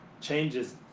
changes